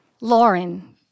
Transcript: Lauren